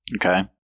Okay